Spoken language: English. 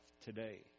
today